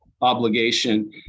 obligation